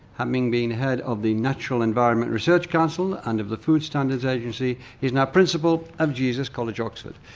having been head of the natural environment research council and of the food standards agency, he is now principal of jesus college, oxford.